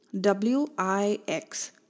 W-I-X